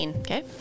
Okay